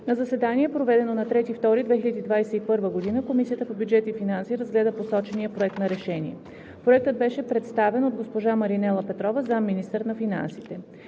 На заседание, проведено на 3 февруари 2021 г., Комисията по бюджет и финанси разгледа посочения проект на решение. Проектът беше представен от госпожа Маринела Петрова – заместник-министър на финансите.